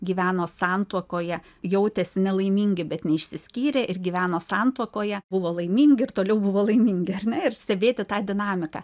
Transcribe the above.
gyveno santuokoje jautėsi nelaimingi bet neišsiskyrė ir gyveno santuokoje buvo laimingi ir toliau buvo laimingi ar ne ir stebėti tą dinamiką